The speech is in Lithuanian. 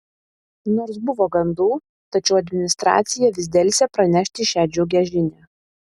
nors buvo gandų tačiau administracija vis delsė pranešti šią džiugią žinią